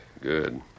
Good